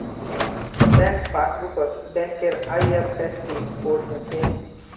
bank पासबुकत बैंकेर IFSC code हछे